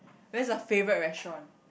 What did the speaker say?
where's your favourite restaurant